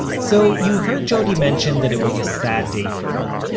so, you heard jody mention that it was a sad day for her,